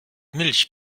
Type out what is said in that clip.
milch